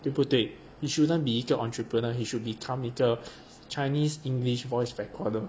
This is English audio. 对不对 he shouldn't be 一个 entrepreneur he should become 一个 chinese english voice recorder